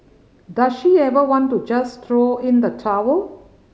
does she ever want to just throw in the towel